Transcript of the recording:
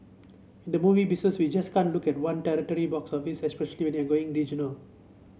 in the movie business we just can't look at one territory box office especially we are going regional